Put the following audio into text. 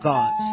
God